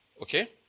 Okay